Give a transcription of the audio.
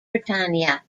britannia